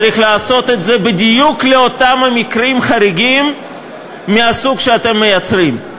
צריך לעשות את זה בדיוק באותם מקרים חריגים מהסוג שאתם מייצרים.